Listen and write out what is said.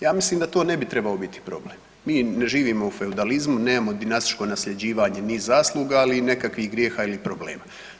Ja mislim da to ne bi trebao biti problem, mi ne živimo u feudalizmu, nemamo dinastičko nasljeđivanje ni zasluga, ali i nekakvih grijeha i problema.